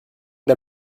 der